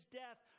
death